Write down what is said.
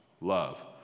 love